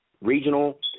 regional